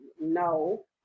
No